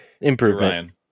improvement